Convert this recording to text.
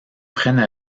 prennent